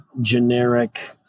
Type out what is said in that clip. generic